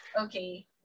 Okay